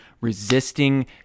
resisting